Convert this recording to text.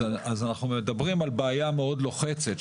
אז אנחנו מדברים על בעיה מאוד לוחצת,